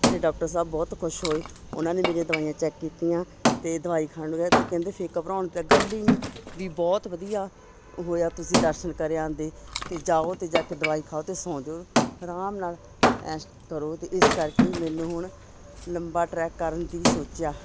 ਅਤੇ ਡੋਕਟਰ ਸਾਹਿਬ ਬਹੁਤ ਖੁਸ਼ ਹੋਏ ਉਨ੍ਹਾਂ ਨੇ ਮੇਰੀਆਂ ਦਵਾਈਆਂ ਚੈੱਕ ਕੀਤੀਆਂ ਅਤੇ ਦਵਾਈ ਖਾਣ ਤੋਂ ਕਹਿੰਦੇ ਫੇਰ ਘਬਰਾਉਣ ਦੀ ਤਾਂ ਗੱਲ ਹੀ ਨਹੀਂ ਵੀ ਬਹੁਤ ਵਧੀਆ ਹੋਇਆ ਤੁਸੀਂ ਦਰਸ਼ਨ ਕਰ ਆਉਂਦੇ ਅਤੇ ਜਾਓ ਅਤੇ ਜਾ ਕੇ ਦਵਾਈ ਖਾਓ ਅਤੇ ਸੌ ਜਾਉ ਅਰਾਮ ਨਾਲ ਐਸ਼ ਕਰੋ ਅਤੇ ਇਸ ਕਰਕੇ ਮੈਨੂੰ ਹੁਣ ਲੰਬਾ ਟਰੈਕ ਕਰਨ ਦੀ ਸੋਚਿਆ